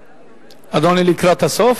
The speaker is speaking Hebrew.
אדוני לקראת הסוף?